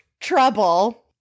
trouble